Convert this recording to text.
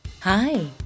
Hi